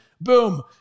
boom